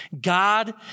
God